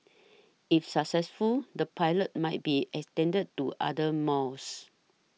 if successful the pilot might be extended to other malls